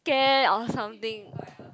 Claire or something